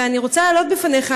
אני רוצה להעלות בפניך,